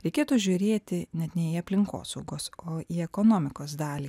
reikėtų žiūrėti net ne į aplinkosaugos o į ekonomikos dalį